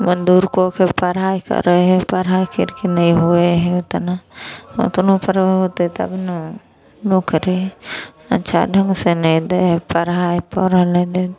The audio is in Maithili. दूर करिके पढ़ाइ करै हइ पढ़ाइ करिके नहि होइ हइ ओतना ओतनो पढ़ौतै तब ने नौकरी अच्छा ढङ्गसे नहि दै हइ पढ़ाइ पढ़ल हइ